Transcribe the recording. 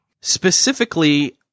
specifically